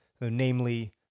namely